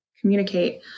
communicate